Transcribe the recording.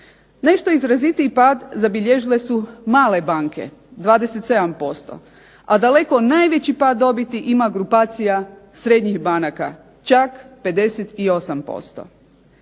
Nešto izrazitiji pad zabilježile su male banke 27%, a daleko najveći pad dobiti ima grupacija srednjih banaka, čak 58%.